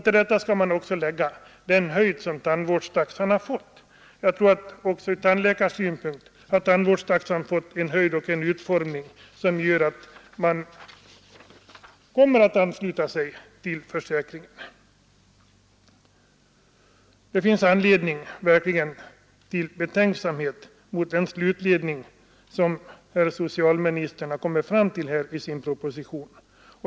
Till detta skall man också lägga den höjd som tandvårdstaxan har fått. Jag tror också att taxan ur tandläkarsynpunkt har fått en sådan höjd och utformning att man kommer att ansluta sig till försäkringen. Det finns verkligen anledning till betänksamhet mot den slutledning som socialministern kommit fram till i sin proposition.